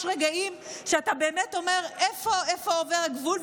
יש רגעים שאתה באמת אומר: איפה עובר הגבול?